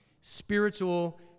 Spiritual